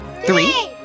Three